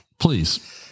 Please